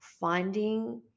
finding